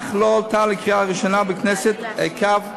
אך לא עלתה לקריאה ראשונה בכנסת עקב התפזרותה.